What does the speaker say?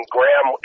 Graham